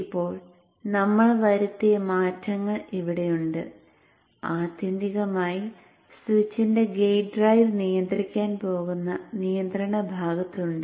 ഇപ്പോൾ നമ്മൾ വരുത്തിയ മാറ്റങ്ങൾ ഇവിടെയുണ്ട് ആത്യന്തികമായി സ്വിച്ചിന്റെ ഗേറ്റ് ഡ്രൈവ് നിയന്ത്രിക്കാൻ പോകുന്ന നിയന്ത്രണ ഭാഗത്ത് ഉണ്ട്